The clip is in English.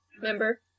Remember